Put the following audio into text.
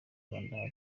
rwanda